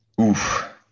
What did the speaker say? Oof